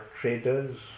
traders